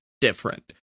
different